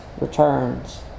returns